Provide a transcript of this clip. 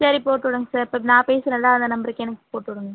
சரி போட்டு விடுங்க சார் இப்போ நான் பேசுறேன் அந்த நம்பருக்கு எனக்கு போட்டுவிடுங்க